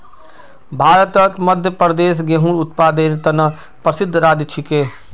भारतत मध्य प्रदेश गेहूंर उत्पादनेर त न प्रसिद्ध राज्य छिके